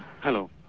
Hello